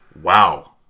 Wow